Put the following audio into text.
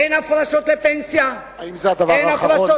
אין הפרשות לפנסיה האם זה הדבר האחרון?